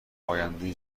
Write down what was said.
آینده